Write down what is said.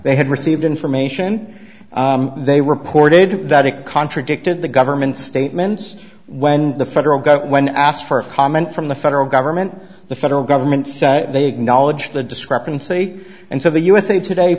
they had received information they reported that it contradicted the government's statements when the federal gov't when asked for comment from the federal government the federal government said they acknowledged the discrepancy and so the usa today